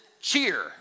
cheer